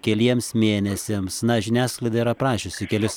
keliems mėnesiams na žiniasklaida yra aprašiusi kelis